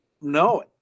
no